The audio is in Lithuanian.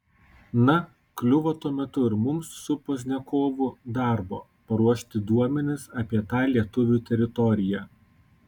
na kliuvo tuo metu ir mums su pozdniakovu darbo paruošti duomenis apie tą lietuvių teritoriją